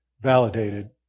validated